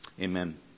amen